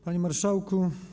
Panie Marszałku!